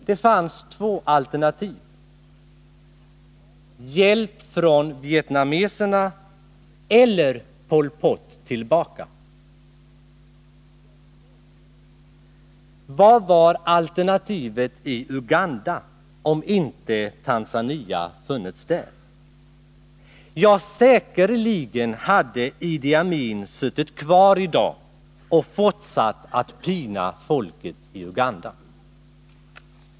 Det fanns två alternativ — hjälp från Vietnam eller Pol Pot tillbaka. Vad var alternativet i Uganda om inte Tanzania funnits där? Ja, säkerligen hade Idi Amin suttit kvar i dag och fortsatt att pina folket i Uganda.